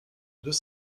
deux